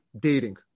dating